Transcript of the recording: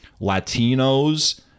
Latinos